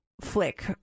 flick